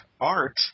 Art